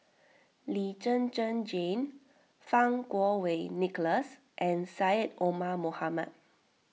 Lee Zhen Zhen Jane Fang Kuo Wei Nicholas and Syed Omar Mohamed